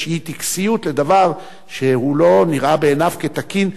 טקסיות לדבר שהוא לא נראה בעיניו כתקין,